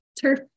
turf